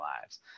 lives